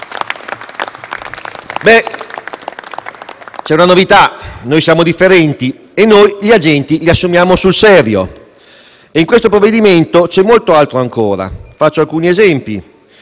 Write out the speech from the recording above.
c'è una novità: noi siamo differenti, noi gli agenti li assumiamo sul serio. In questo provvedimento c'è molto altro ancora e faccio alcuni esempi.